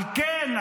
על כן,